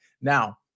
Now